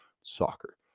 Soccer